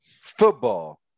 Football